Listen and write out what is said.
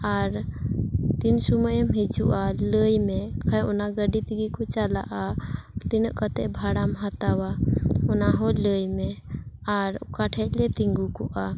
ᱟᱨ ᱛᱤᱱ ᱥᱳᱢᱳᱭᱮᱢ ᱦᱤᱡᱩᱜᱼᱟ ᱞᱟᱹᱭ ᱢᱮ ᱠᱷᱟᱡ ᱚᱱᱟ ᱜᱟᱹᱰᱤ ᱛᱮᱜᱤ ᱠᱩ ᱪᱟᱞᱟᱜᱼᱟ ᱛᱤᱱᱟᱹᱜ ᱠᱟᱛᱮ ᱵᱷᱟᱲᱟᱢ ᱦᱟᱛᱟᱣᱟ ᱚᱱᱟ ᱦᱚᱸ ᱞᱟᱹᱭ ᱢᱮ ᱟᱨ ᱚᱠᱟ ᱴᱷᱮᱡ ᱞᱮ ᱛᱤᱜᱩ ᱠᱚᱜᱼᱟ